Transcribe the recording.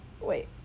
wait